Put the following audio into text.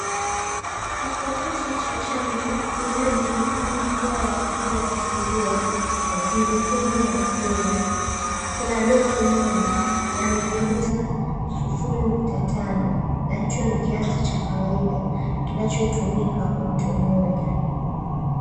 Kifurushi cha chanjo inayojulikana kuwa ya dhidi ya surua, matumbutumbwi na rubella, kina dozi moja ya milimita sufuri nukta tano, na hicho ni kiasi cha kawaida kinachotumika kwa mtu mmoja.